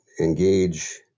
engage